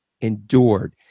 endured